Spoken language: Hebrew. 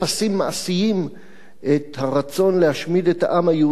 מעשיים את הרצון להשמיד את העם היהודי,